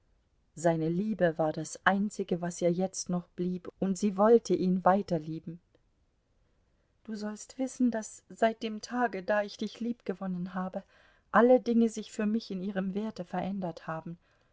seine liebe war das einzige was ihr jetzt noch blieb und sie wollte ihn weiterlieben du sollst wissen daß seit dem tage da ich dich liebgewonnen habe alle dinge sich für mich in ihrem werte verändert haben